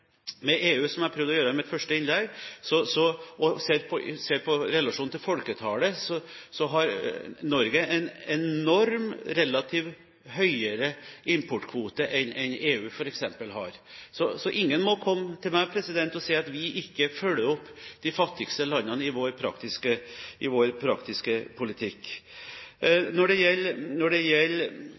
med EU, som jeg prøvde å gjøre i mitt første innlegg, har Norge, sett i forhold til folketallet, en relativt sett enormt mye høyere importkvote enn det EU f.eks. har. Så ingen må komme til meg og si at vi ikke følger opp de fattigste landene i vår praktiske politikk. Når det gjelder importen av sukker – for å gå tilbake til det